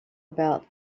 about